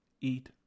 eat